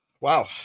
Wow